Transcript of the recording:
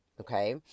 okay